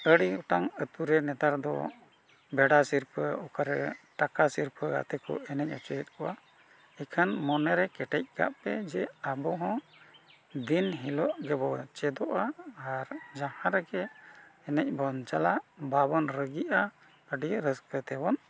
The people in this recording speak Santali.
ᱟᱹᱰᱤ ᱜᱚᱴᱟᱝ ᱟᱛᱳ ᱨᱮ ᱱᱮᱛᱟᱨ ᱫᱚ ᱵᱷᱮᱰᱟ ᱥᱤᱨᱯᱟᱹ ᱚᱠᱟᱨᱮ ᱴᱟᱠᱟ ᱥᱤᱨᱯᱟᱹ ᱟᱛᱮᱫ ᱠᱚ ᱮᱱᱮᱡ ᱦᱚᱪᱚᱭᱮᱫ ᱠᱚᱣᱟ ᱤᱠᱷᱟᱹᱱ ᱢᱚᱱᱮ ᱨᱮ ᱠᱮᱴᱮᱡ ᱠᱟᱜᱯᱮ ᱡᱮ ᱟᱵᱚ ᱦᱚᱸ ᱫᱤᱱ ᱦᱤᱞᱳᱜ ᱜᱮᱵᱚᱱ ᱪᱮᱫᱚᱜᱼᱟ ᱟᱨ ᱡᱟᱦᱟᱸ ᱨᱮᱜᱮ ᱮᱱᱮᱡ ᱵᱚᱱ ᱪᱟᱞᱟᱜ ᱵᱟᱵᱚᱱ ᱨᱟᱹᱜᱤᱜᱼᱟ ᱟᱹᱰᱤ ᱨᱟᱹᱥᱠᱟᱹ ᱛᱮᱵᱚᱱ